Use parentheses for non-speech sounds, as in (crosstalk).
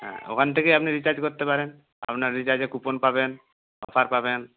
হ্যাঁ (unintelligible) ওখান থেকেই আপনি রিচার্জ করতে পারেন আপনার রিচার্জে কুপন পাবেন অফার পাবেন